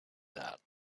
that